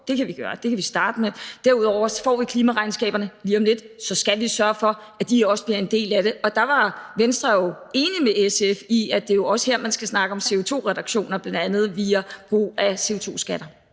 at udtage jord. Det kan vi starte med. Derudover får vi klimaregnskaberne lige om lidt, og så skal vi sørge for, at de også bliver en del af det. Og der var Venstre jo enig med SF i, at det også er her, man skal snakke om CO2-reduktioner, bl.a. via brug af CO2-skatter.